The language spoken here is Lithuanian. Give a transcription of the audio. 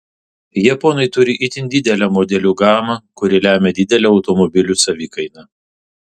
japonai turi itin didelę modelių gamą kuri lemią didelę automobilių savikainą